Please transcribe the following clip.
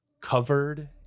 covered